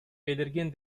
belirgin